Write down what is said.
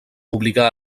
obligà